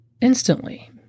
instantly